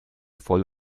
voll